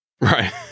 right